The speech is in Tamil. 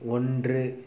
ஒன்று